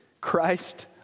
Christ